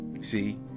See